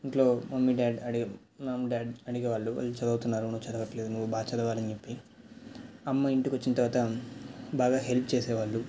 ఇంట్లో mummy dad daddy mom dad అడిగేవాళ్ళు వాళ్ళు చదువుతున్నారు నువ్వు చదవట్లేదు నువ్వు బాగా చదవాలి అని చెప్పి అమ్మ ఇంటికి వచ్చిన తరువాత బాగా హెల్ప్ చేసేవాళ్ళు